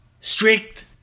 strict